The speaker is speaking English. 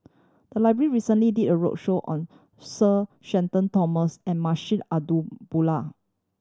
the library recently did a roadshow on Sir Shenton Thomas and Munshi Abdullah